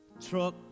truck